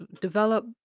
develop